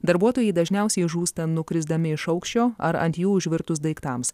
darbuotojai dažniausiai žūsta nukrisdami iš aukščio ar ant jų užvirtus daiktams